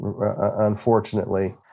unfortunately